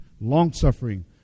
long-suffering